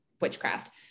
witchcraft